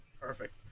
Perfect